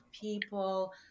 people